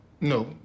No